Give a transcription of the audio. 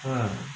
ya